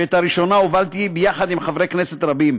שאת הראשונה הובלתי יחד עם חברי כנסת רבים,